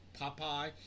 Popeye